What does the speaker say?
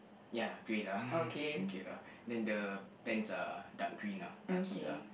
ya gray lah okay lah then the pants are dark green ah khaki ah